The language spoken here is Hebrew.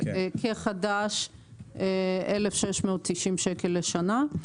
כחדש 1,690 שקל לשנה.